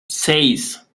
seis